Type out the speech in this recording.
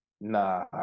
nah